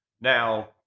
Now